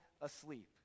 asleep